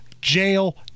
jail